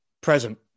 Present